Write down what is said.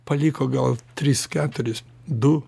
paliko gal tris keturis du